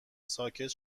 ساکت